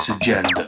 Agenda